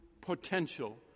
potential